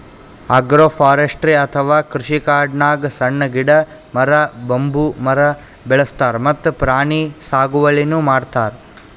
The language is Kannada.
ಅಗ್ರೋಫಾರೆಸ್ರ್ಟಿ ಅಥವಾ ಕೃಷಿಕಾಡ್ನಾಗ್ ಸಣ್ಣ್ ಗಿಡ, ಮರ, ಬಂಬೂ ಮರ ಬೆಳಸ್ತಾರ್ ಮತ್ತ್ ಪ್ರಾಣಿ ಸಾಗುವಳಿನೂ ಮಾಡ್ತಾರ್